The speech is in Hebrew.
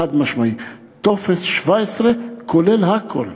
חד-משמעית: טופס 17 כולל הכול.